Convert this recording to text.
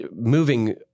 moving